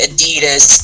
Adidas